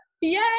Yay